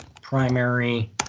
primary